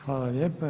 Hvala lijepa.